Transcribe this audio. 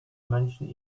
menschen